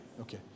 Okay